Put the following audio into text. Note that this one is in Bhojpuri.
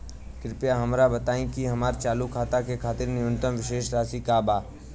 कृपया हमरा बताइ कि हमार चालू खाता के खातिर न्यूनतम शेष राशि का बा